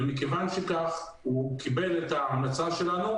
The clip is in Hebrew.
ומכיוון שכך הוא קיבל את המלצה שלנו,